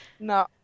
No